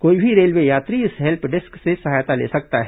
कोई भी रेलवे यात्री इस हेल्प डेस्क से सहायता ले सकता है